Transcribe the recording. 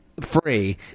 Free